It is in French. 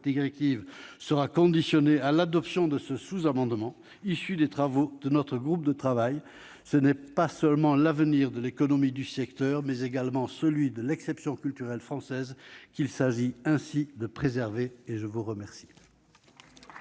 sera conditionnée à l'adoption de ce sous-amendement issu des travaux de notre groupe de travail. Ce n'est pas seulement l'avenir de l'économie du secteur, mais également celui de l'exception culturelle française qu'il s'agit ainsi de préserver. Très bien